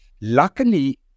Luckily